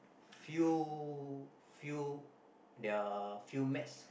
few few their few match